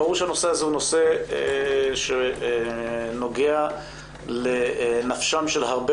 ברור שהנושא הזה הוא נושא שנוגע לנפשם של הרבה